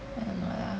I don't know ya